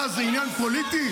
מה, זה עניין פוליטי?